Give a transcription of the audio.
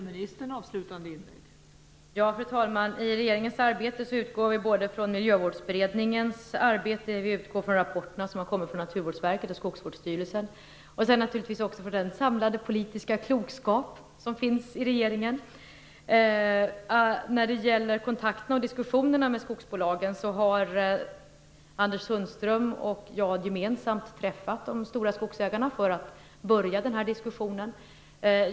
Fru talman! I regeringens arbete utgår vi från Miljövårdsberedningens arbete, de rapporter som har kommit från Naturvårdsverket och Skogsvårdsstyrelsen och naturligtvis också från den samlade politiska klokskap som finns i regeringen. När det gäller kontakterna och diskussionerna med skogsbolagen har Anders Sundström och jag gemensamt träffat de stora skogsägarna för att börja den här diskussionen.